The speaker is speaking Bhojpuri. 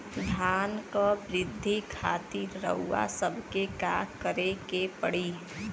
धान क वृद्धि खातिर रउआ सबके का करे के पड़ी?